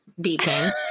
beeping